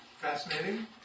fascinating